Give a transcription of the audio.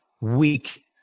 weak